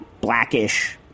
blackish